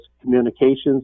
communications